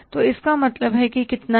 तो इसका मतलब है कि कितना है